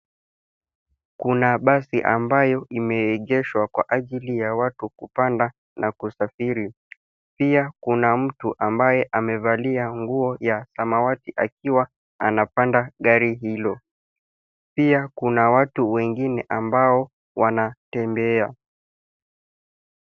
Kuna basi ambayo imeegeshwa kwa ajili ya watu kupanda na kusafiri. Pia kuna mtu ambaye ammevalia nguo ya samawati aakiwa anapanda gari hilo. pia kuna watu wengine ambao wanatembea.